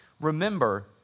remember